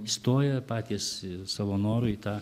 įstoja patys savo noru į tą